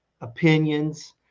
opinions